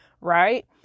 right